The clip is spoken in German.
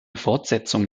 fortsetzung